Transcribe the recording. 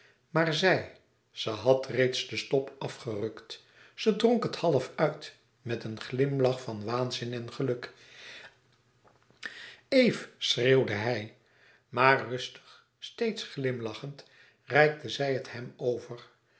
maar zij ze had reeds den stop afgerukt ze dronk het half uit met een glimlach van waanzin en geluk eve schreeuwde hij maar rustig steeds glimlachend reikte zij het hem over